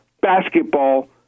basketball